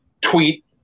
tweet